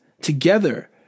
together